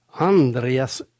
Andreas